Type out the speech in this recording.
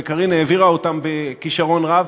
וקארין העבירה אותם בכישרון רב,